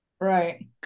Right